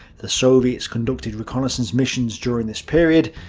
the soviets conducted reconnaissance missions during this period,